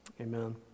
Amen